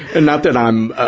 and not that i'm, ah,